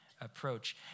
approach